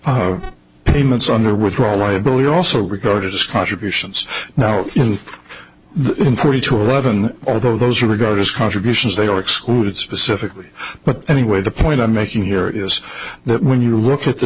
the payments on their withdrawal liability also regarded as contributions now in the forty two eleven although those are regarded as contributions they are excluded specifically but anyway the point i'm making here is that when you look at the